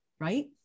right